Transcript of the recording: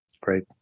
Great